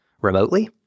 remotely